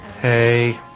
Hey